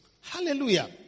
Hallelujah